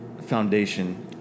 foundation